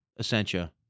Essentia